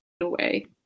away